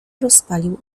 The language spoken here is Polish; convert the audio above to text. rozpalił